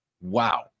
wow